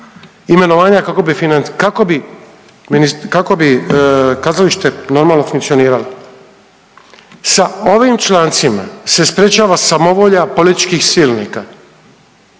mini…, kako bi kazalište normalno funkcioniralo. Sa ovim člancima se sprječava samovolja političkih silnika,